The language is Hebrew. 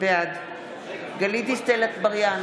בעד גלית דיסטל אטבריאן,